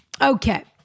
Okay